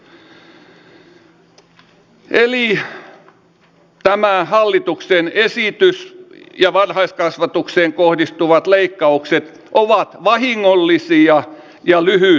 eli tämä hallituksen esitys ja varhaiskasvatukseen kohdistuvat leikkaukset ovat vahingollisia ja lyhytnäköisiä